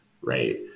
right